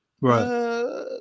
right